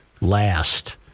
last